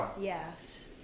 Yes